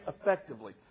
effectively